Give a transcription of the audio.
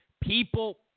people